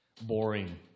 boring